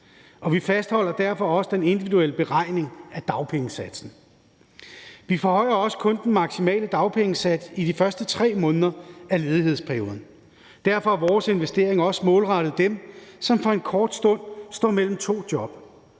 vi fastholder derfor også den individuelle beregning af dagpengesatsen. Vi forhøjer også kun den maksimale dagpengesats i de første 3 måneder af ledighedsperioden, og derfor er vores investering også målrettet dem, som for en kort stund står imellem to job,